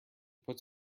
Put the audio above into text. puts